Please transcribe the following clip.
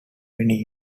many